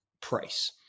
price